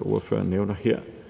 ordføreren nævner her,